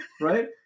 right